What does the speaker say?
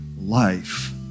life